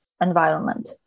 environment